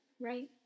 Right